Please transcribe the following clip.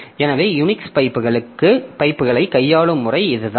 எனவே யுனிக்ஸ் பைப்புகளைக் கையாளும் முறை இதுதான்